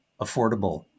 affordable